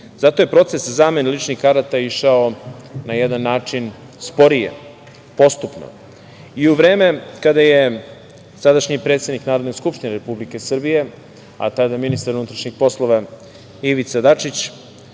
je proces zamene ličnih karata išao na jedan način sporije, postupno i u vreme kada je sadašnji predsednik Narodne Skupštine Republike Srbije, a tada ministar unutrašnjih poslova Ivica Dačić,